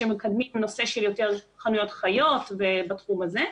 שמקדמים נושא של יותר חנויות חיות ובתחום הזה.